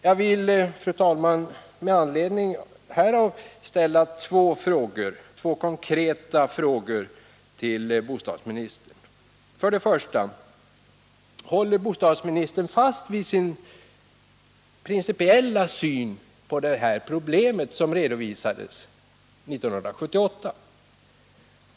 Jag vill, fru talman, med anledning härav ställa två konkreta frågor till bostadsministern. För det första: Håller bostadsministern fast vid den av henne 1978 redovisade principiella synen på detta problem?